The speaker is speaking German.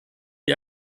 die